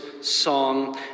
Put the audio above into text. song